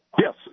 Yes